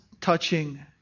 touching